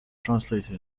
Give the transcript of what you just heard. translated